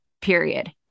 period